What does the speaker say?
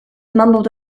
mumbled